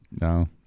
No